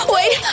Wait